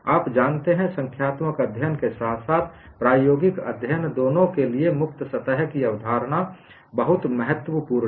आप जानते हैं संख्यात्मक अध्ययन के साथ साथ प्रायोगिक अध्ययन दोनों के लिए मुक्त सतह की अवधारणा बहुत महत्वपूर्ण है